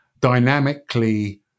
dynamically